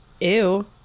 Ew